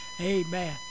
Amen